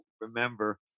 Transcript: remember